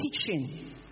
teaching